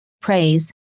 praise